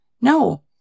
No